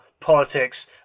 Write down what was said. politics